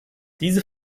diese